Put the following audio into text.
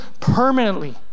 permanently